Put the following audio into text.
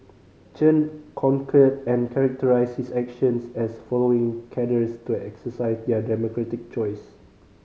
Chen concurred and characterised his actions as allowing cadres to exercise their democratic choice